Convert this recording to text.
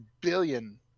billion